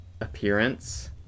appearance